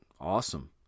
awesome